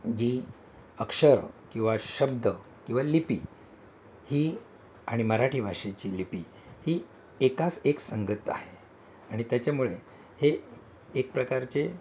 जी अक्षर किंवा शब्द किंवा लिपी ही आणि मराठी भाषेची लिपी ही एकाच एक संगत आहे आणि त्याच्यामुळे हे एक प्रकारचे